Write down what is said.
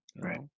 Right